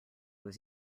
was